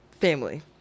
family